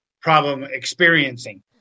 problem-experiencing